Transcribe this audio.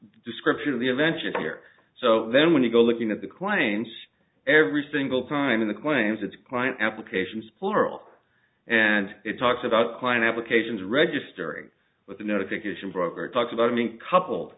description of the eventually here so then when you go looking at the claims every single time in the claims that the client applications plural and it talks about client applications registering with the notification broker talks about i think couple